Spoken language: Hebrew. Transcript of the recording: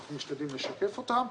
אנחנו משתדלים לשתף אותם.